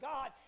God